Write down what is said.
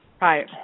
Right